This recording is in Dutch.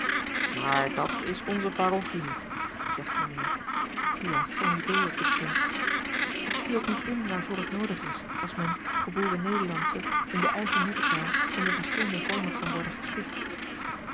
maar dat is onze parochie niet zegt mijnheer qui a son idée op dit punt ik zie ook niet in waarvoor het noodig is als men geboren nederlandsche in de eigen moedertaal onder verschillende vormen kan worden gesticht